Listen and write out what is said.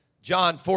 John